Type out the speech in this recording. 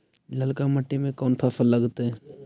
ललका मट्टी में कोन फ़सल लगतै?